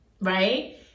right